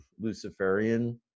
Luciferian